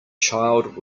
child